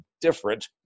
different